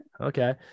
okay